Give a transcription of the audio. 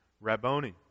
rabboni